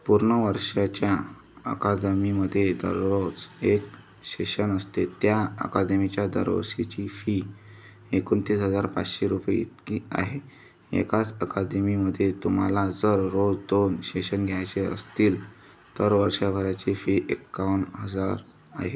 पूर्ण वर्षाच्या अकादमीमध्ये दररोज एक शेशन असते त्या अकादमीच्या दरवर्षीची फी एकोणतीस हजार पाचशे रुपये इतकी आहे एकाच अकादमीमध्ये तुम्हाला जर रोज दोन शेशन घ्यायचे असतील तर वर्षभराची फी एक्कावन्न हजार आहे